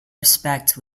respect